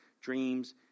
Dreams